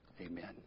Amen